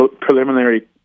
preliminary